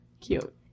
cute